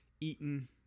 eaten